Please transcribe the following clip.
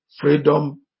freedom